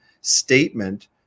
statement